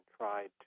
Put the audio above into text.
tried